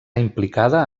implicada